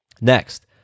Next